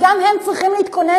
אז גם הם צריכים להתכונן,